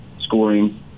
scoring